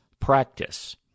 practice